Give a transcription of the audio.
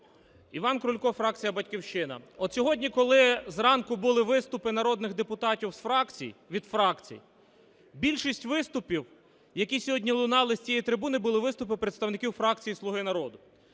Іван Крулько, фракція "Батьківщина". От сьогодні, коли зранку були виступи народних депутатів від фракцій, більшість виступів, які сьогодні лунали з цієї трибуни, були виступи представників фракції "Слуга народу"